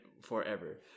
forever